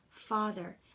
Father